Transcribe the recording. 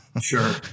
Sure